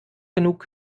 genug